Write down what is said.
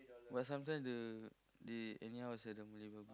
but sometimes the they anyhow seldom deliver